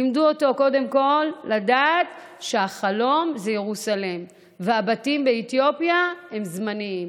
לימדו אותם קודם כול לדעת שהחלום זה ירוסלם והבתים באתיופיה הם זמניים.